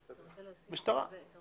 המשטרה.